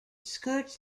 skirts